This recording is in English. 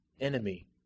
enemy